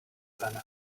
pen